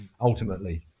ultimately